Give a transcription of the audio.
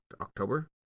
october